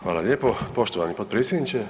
Hvala lijepo poštovani potpredsjedniče.